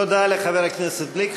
תודה לחבר הכנסת גליק.